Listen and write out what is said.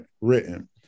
written